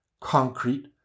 concrete